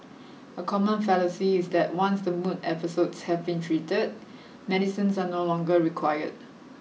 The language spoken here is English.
a common fallacy is that once the mood episodes have been treated medicines are no longer required